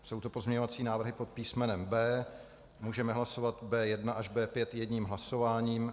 Jsou to pozměňovací návrhy pod písmenem B. Můžeme hlasovat B1 až B5 jedním hlasováním.